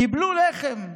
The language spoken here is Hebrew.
קיבלו לחם?